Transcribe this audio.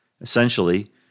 Essentially